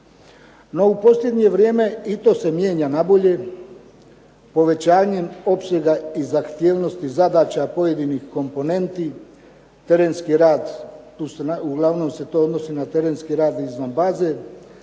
u posljednje vrijeme i to se mijenja na bolje, povećanjem opsega i zahtjevanosti zadaća pojedinih komponenti, terenski rad, uglavnom se to odnosi na terenski rad izvan baze,